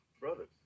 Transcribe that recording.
brothers